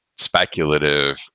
speculative